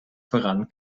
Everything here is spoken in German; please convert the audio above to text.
voran